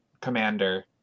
Commander